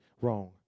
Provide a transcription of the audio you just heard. wrong